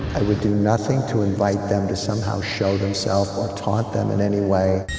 i would do nothing to invite them to somehow show them self or taunt them in any way.